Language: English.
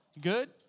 Good